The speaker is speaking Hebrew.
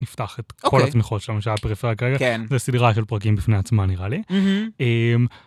נפתח את כל התמיכות של הממשלה פריפריה כרגע זו סידרה של פרקים בפני עצמה נראה לי.